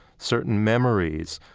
certain memories.